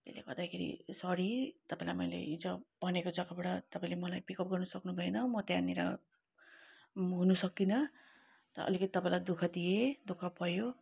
त्यसले गर्दाखेरि सरी तपाईँलाई मैले हिजो भनेको जग्गाबाट तपाईँले मलाई पिक अप गर्न सक्नुभएन म त्यहाँनिर म हुनु सकिन त अलिकति तपाईँलाई दुख दिए दुख भयो